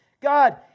God